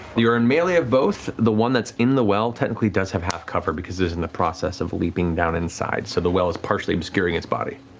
you're in melee at both. the one that's in the well technically does have half cover because it is in the process of leaping down inside, so the well is partially obscuring its body.